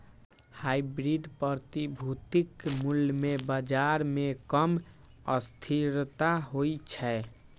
hybrid प्रतिभूतिक मूल्य मे बाजार मे कम अस्थिरता होइ छै